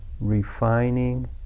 refining